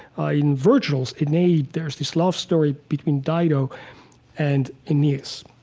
ah in virgil's aeneid there's this love story between dido and aeneas.